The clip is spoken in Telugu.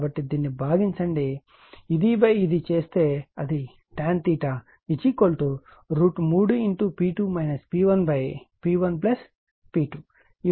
కాబట్టి దీన్ని భాగించండి ఇది ఇది చేస్తే అది tan 3P2 P1P1P2